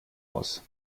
muss